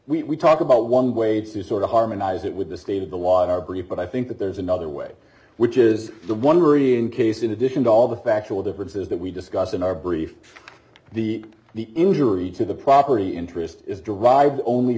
case we talk about one way to sort of harmonize it with the state of the law are brief but i think that there's another way which is the one worrying case in addition to all the factual differences that we discussed in our brief the the injury to the property interest is derived only